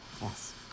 Yes